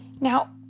Now